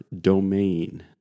domain